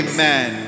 Amen